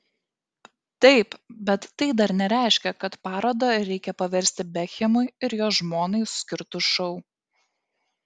taip bet tai dar nereiškia kad parodą reikia paversti bekhemui ir jo žmonai skirtu šou